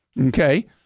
Okay